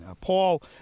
Paul